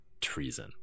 Treason